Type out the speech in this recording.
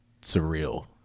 surreal